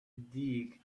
dig